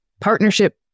partnership